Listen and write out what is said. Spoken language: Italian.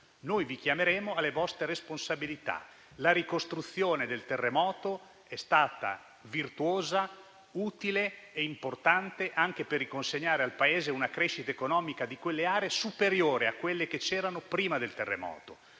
Noi vi chiameremo alle vostre responsabilità. La ricostruzione del terremoto è stata virtuosa, utile e importante anche per riconsegnare al Paese una crescita economica di quelle aree superiore a quella che c'era prima del terremoto.